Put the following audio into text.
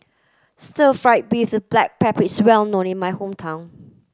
stir fried beef with black pepper is well known in my hometown